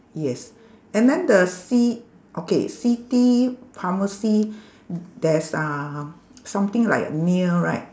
yes and then the ci~ okay city pharmacy there's uh something like a nail right